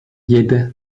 yedi